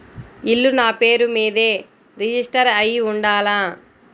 ఇల్లు నాపేరు మీదే రిజిస్టర్ అయ్యి ఉండాల?